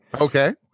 okay